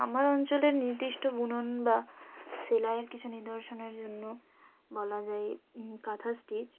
আমার অঞ্চলে নির্দিষ্ট বুনন বা সেলাইয়ের কিছু নিদর্শনের জন্য বলা যায় কাঁথা স্টিচ